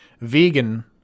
vegan